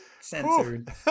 Censored